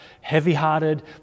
heavy-hearted